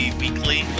weekly